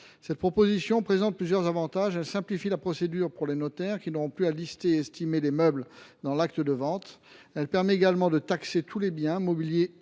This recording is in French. telle modification présenterait plusieurs avantages. Elle simplifierait la procédure pour les notaires, car ils n’auraient plus à lister et à estimer les meubles dans l’acte de vente. Elle permettrait également de taxer tous les biens mobiliers